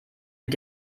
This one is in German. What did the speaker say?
mit